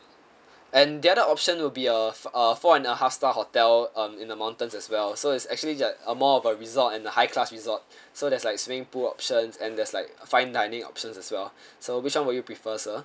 and the other option will be a a four and a half star hotel um in the mountains as well so it's actually ju~ uh more of a resort and a high class resort so there's like swimming pool options and there's like fine dining options as well so which one will you prefer sir